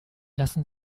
lassen